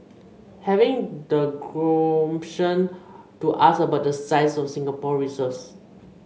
having the gumption to ask about the size of Singapore reserves